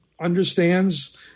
understands